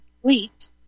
complete